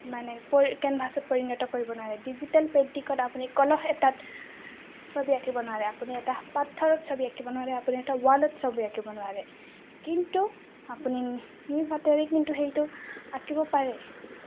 মানে পৰি কেনভাছত পৰিণত কৰিব নোৱাৰে ডিজিটেল পেইণ্টিংত আপুনি কলহ এটাত ছবি আঁকিব নোৱাৰে আপুনি এটা পাথৰত ছবি আঁকিব নোৱাৰে আপুনি এটা ৱালত ছবি আঁকিব নোৱাৰে কিন্তু আপুনি নিজ হাতেৰেই কিন্তু সেইটো আঁকিব পাৰে